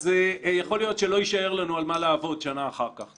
אז יכול להיות שלא יישאר לנו על מה לעבוד שנה אחר כך.